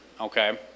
okay